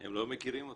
הם לא מכירים אותך.